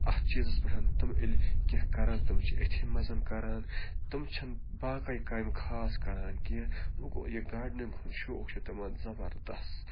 اَتھ چیٖزس پٮ۪ٹھ تِم ییٚلہِ کیٚنٛہہ کَرَن تِم چھِ أتھی منٛز کَران تِم چھِنہٕ باقٕے کامہِ خاص کَران کینٛہہ وۄنۍ گوٚو یہِ گاڈنِنٛگ ہُنٛد شوق چھُ تِمن زبردس